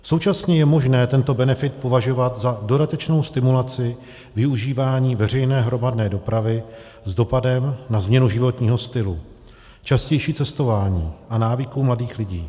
Současně je možné tento benefit považovat za dodatečnou stimulaci využívání veřejné hromadné dopravy s dopadem na změnu životního stylu, častější cestování a návyků mladých lidí.